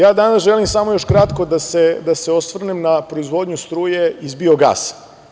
Samo danas želim još samo kratko da se osvrnem da proizvodnju struje iz biogasa.